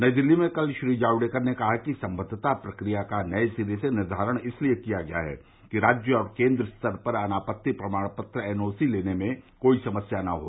नई दिल्ली में कल श्री जावडेकर ने कहा कि संबद्दता प्रक्रिया का नये सिरे से निर्धारण इसलिए किया गया है कि राज्य और केन्द्र स्तर पर अनापति प्रमाण पत्र एनओसी लेने में कोई समस्या नहीं हो